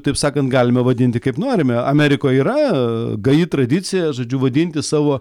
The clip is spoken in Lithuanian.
taip sakant galime vadinti kaip norime amerikoje yra gaji tradicija žodžiu vadinti savo